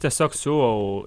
tiesiog siūlau